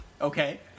Okay